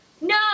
No